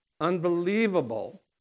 unbelievable